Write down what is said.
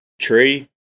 tree